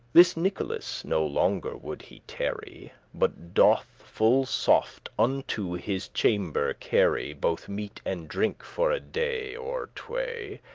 this nicholas no longer would he tarry, but doth full soft unto his chamber carry both meat and drinke for a day or tway.